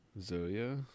Zoya